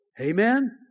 Amen